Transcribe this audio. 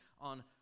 on